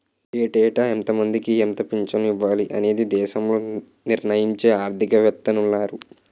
ఏటేటా ఎంతమందికి ఎంత పింఛను ఇవ్వాలి అనేది దేశంలో నిర్ణయించే ఆర్థిక వేత్తలున్నారు